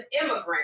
immigrant